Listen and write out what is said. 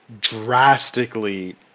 drastically